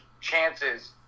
chances